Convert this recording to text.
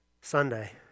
Sunday